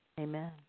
amen